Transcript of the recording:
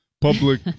public